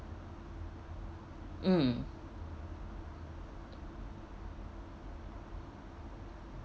mm